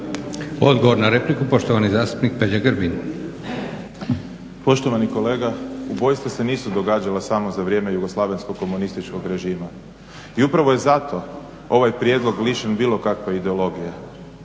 Odgovor na repliku, poštovani zastupnik Peđa Grbin. **Grbin, Peđa (SDP)** Poštovani kolega ubojstva se nisu događala samo za vrijeme Jugoslavenskog komunističkog režima i upravo je zato ovaj prijedlog lišen bilo kakve ideologije.